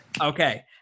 Okay